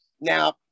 Now